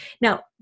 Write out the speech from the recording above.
Now